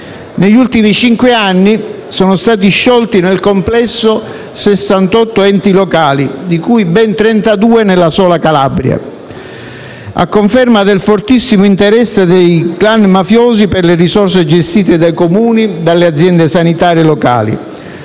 Negli ultimi cinque anni sono stati sciolti, nel complesso, 68 enti locali, di cui ben 32 nella sola Calabria, a conferma del fortissimo interesse dei *clan* mafiosi per le risorse gestite dai Comuni e dalle aziende sanitarie locali.